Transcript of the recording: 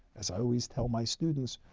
as i always tell my students,